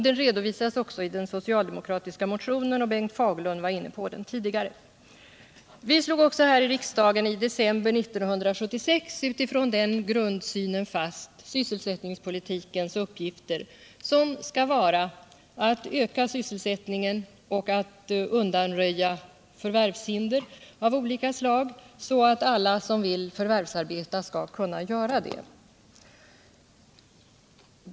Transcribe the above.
Den redovisas också i den socialdemokratiska motionen, och Bengt Fagerlund var inne på den tidigare. Vi slog också här i riksdagen i december 1976 utifrån den grundsynen fast sysselsättningspolitikens uppgifter, som skall vara att öka sysselsättningen och att undanröja förvärvshinder av olika slag, så att alla som vill förvärvsarbeta skall kunna göra det.